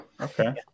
Okay